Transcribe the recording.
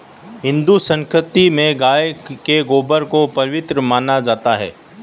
हिंदू संस्कृति में गाय के गोबर को पवित्र माना जाता है